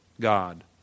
God